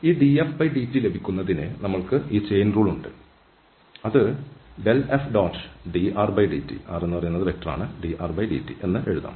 അതിനാൽ ഈ dfdt ലഭിക്കുന്നതിന് നമ്മൾക്ക് ഈ ചെയിൻ റൂൾ ഉണ്ട് അത് ∇f⋅drdtഎന്ന് എഴുതാം